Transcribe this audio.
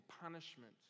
punishment